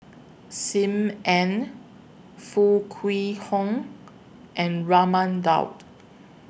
SIM Ann Foo Kwee Horng and Raman Daud